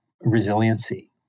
resiliency